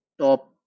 top